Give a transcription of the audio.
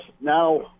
Now